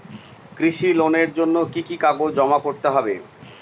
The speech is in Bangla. কৃষি লোনের জন্য কি কি কাগজ জমা করতে হবে?